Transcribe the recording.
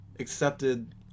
accepted